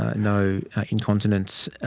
ah no incontinence.